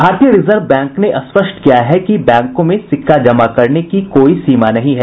भारतीय reserve bank ने स्पष्ट किया है कि बैंकों में सिक्का जमा करने की कोई सीमा नहीं है